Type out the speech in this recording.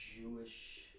jewish